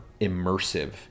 immersive